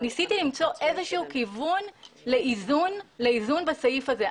ניסיתי למצוא איזשהו כיוון לאיזון בסעיף הזה.